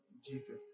Jesus